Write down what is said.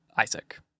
Isaac